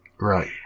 Right